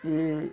ଇଏ